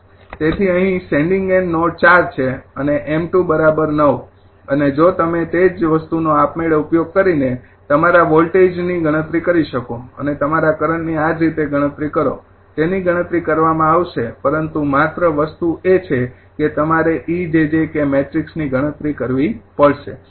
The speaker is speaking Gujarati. તેથી અહીં સેંડિંગ એન્ડ નોડ ૪ છે અને 𝑚૨ ૯ અને જો તમે તે જ વસ્તુનો આપમેળે ઉપયોગ કરીને તમારા વોલ્ટેજની ગણતરી કરી શકો અને તમારા કરંટની આ જ રીતે ગણતરી કરો તેની ગણતરી કરવામાં આવશે પરંતુ માત્ર વસ્તુ એ છે કે તમારે 𝑒 𝑗𝑗 𝑘 મેટ્રિક્સની ગણતરી કરવી પડશે